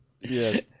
Yes